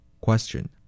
Question